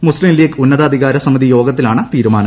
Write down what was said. മുസ്തീം ലീഗ് ഉന്നതാധികാര സമിതി യോഗത്തിലാണ് തീരുമാനം